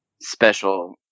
special